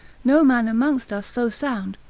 no man amongst us so sound,